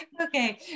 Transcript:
okay